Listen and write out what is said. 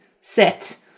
sit